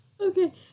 Okay